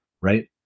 right